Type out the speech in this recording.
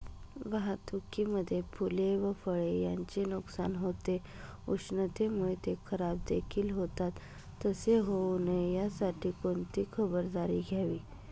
वाहतुकीमध्ये फूले व फळे यांचे नुकसान होते, उष्णतेमुळे ते खराबदेखील होतात तसे होऊ नये यासाठी कोणती खबरदारी घ्यावी?